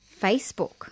Facebook